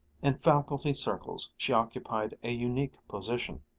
in faculty circles she occupied a unique position,